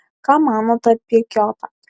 ką manote apie kiotą